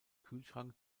kühlschrank